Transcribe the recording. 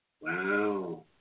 Wow